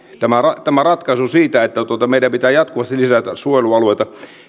tämä ratkaisu siitä että meidän pitää jatkuvasti lisätä suojelualueita